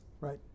right